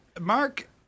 Mark